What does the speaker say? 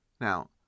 Now